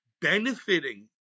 benefiting